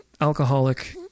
alcoholic